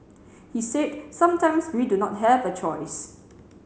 he said sometimes we do not have a choice